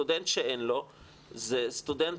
סטודנט שאין לו זה סטודנט,